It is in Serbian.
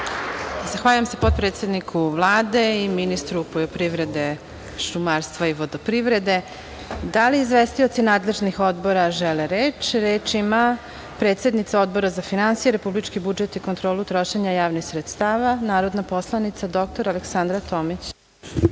Zahvaljujem se potpredsedniku Vlade i ministru poljoprivrede, šumarstva i vodoprivrede. Da li izvestioci nadležnih odbora žele reč? Reč ima predsednica Odbora za finansije, republički budžet i kontrolu trošenja javnih sredstava, narodna poslanica dr Aleksandra Tomić.